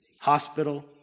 Hospital